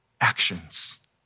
actions